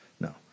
no